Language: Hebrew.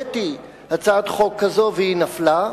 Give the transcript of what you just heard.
הצעת חוק כזו, והיא נפלה,